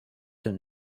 him